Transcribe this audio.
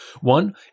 One